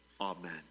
Amen